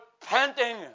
repenting